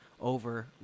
over